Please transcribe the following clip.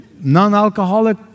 non-alcoholic